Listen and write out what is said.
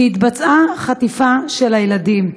שהתבצעה חטיפה של הילדים,